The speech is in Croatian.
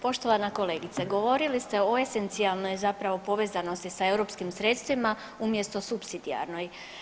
Poštovana kolegice, govorili ste o esencijalnoj zapravo povezanosti sa europskim sredstvima umjesto supsidijarnoj.